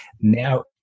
now